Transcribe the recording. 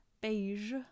beige